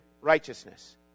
righteousness